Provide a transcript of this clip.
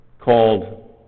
called